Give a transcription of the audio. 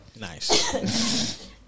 Nice